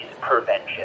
prevention